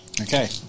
Okay